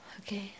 Okay